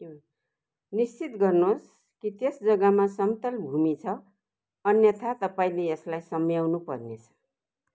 निश्चित गर्नुहोस् कि त्यस जग्गामा समतल भूमि छ अन्यथा तपाईँँले यसलाई सम्म्याउनु पर्नेछ